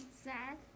Sad